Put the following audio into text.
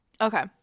Okay